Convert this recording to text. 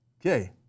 okay